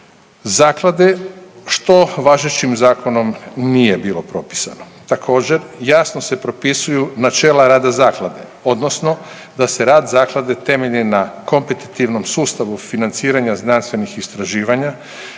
zaklade što važećim zakonom nije bilo propisano. Također jasno se propisuju načela rada zaklade odnosno da se rad zaklade temelji na kompetitivnom sustavu financiranja znanstvenih istraživanja,